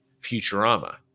Futurama